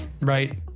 right